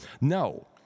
No